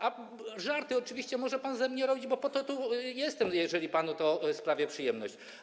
A żarty oczywiście może pan ze mnie robić, bo po to tu jestem, jeżeli panu to sprawia przyjemność.